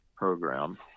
program